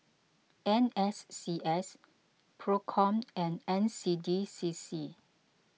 N S C S Procom and N C D C C